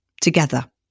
together